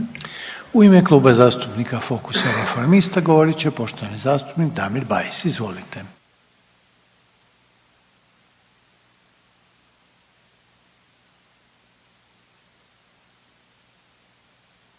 U ime Kluba zastupnika Domovinskog pokreta govorit će poštovani zastupnik Davor Dretar. Izvolite.